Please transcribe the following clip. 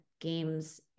games